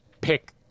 pick